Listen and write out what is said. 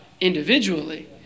individually